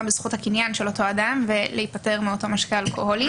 גם בזכות הקניין של אותו אדם ולהיפטר מאותו משקה אלכוהולי.